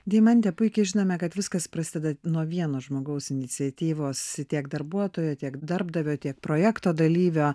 deimante puikiai žinome kad viskas prasideda nuo vieno žmogaus iniciatyvos tiek darbuotojo tiek darbdavio tiek projekto dalyvio